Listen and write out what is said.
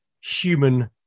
human